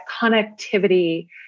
connectivity